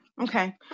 okay